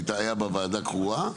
הייתה בה וועדה קרואה,